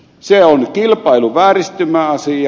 se on kilpailuvääristymäasia